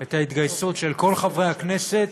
את ההתגייסות של כל חברי הכנסת